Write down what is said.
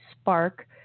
spark